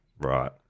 Right